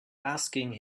asking